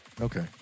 Okay